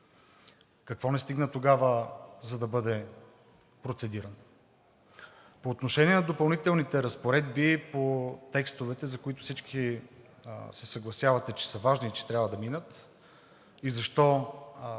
Какво не стигна тогава, за да бъде процедиран? По отношение на допълнителните разпоредби, по текстовете, за които всички се съгласявате, че са важни и че трябва да минат, и защо